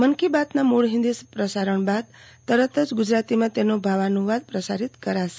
મન કી બાતના મુળ હિંદી પ્રસારણ બાદ તરત જ ગુજરાતીમાં તેનો ભાવાનુવાદ પ્રસારિત કરાશે